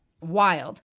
wild